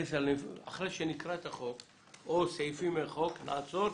ואחרי שנקרא סעיפים ממנו נעצור,